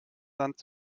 sand